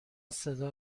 صدا